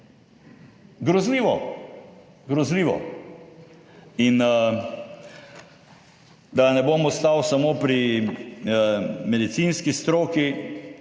Grozljivo, grozljivo. In, da ne bom ostal samo pri medicinski stroki,